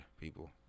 people